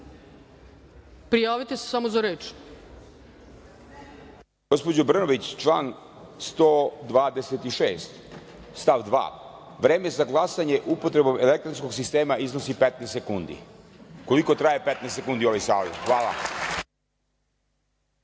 Prijavite se samo za reč. **Srđan Milivojević** Gospođo Brnabić, član 126. stav 2. Vreme za glasanje upotrebom elektronskog sistema iznosi 15 sekundi. Koliko traje 15 sekundi u ovoj sali? Hvala.